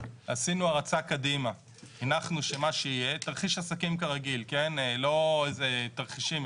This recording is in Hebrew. שיהיה, תרחיש עסקים כרגיל, לא איזה תרחישים.